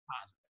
positive